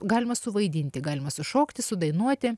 galima suvaidinti galima sušokti sudainuoti